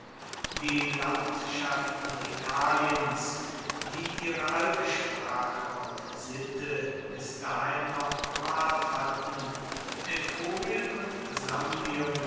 die landschaften italiens die ihre alte sprache und sitte bis dahin noch gewahrt hatten etrurien und